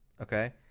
okay